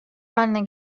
haline